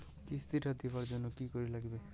কিস্তি টা দিবার জন্যে কি করির লাগিবে?